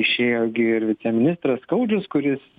išėjo gi ir viceministras skaudžius kuris